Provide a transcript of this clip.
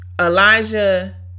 Elijah